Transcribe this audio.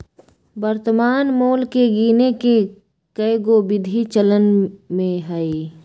वर्तमान मोल के गीने के कएगो विधि चलन में हइ